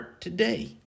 today